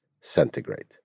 centigrade